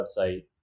website